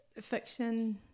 fiction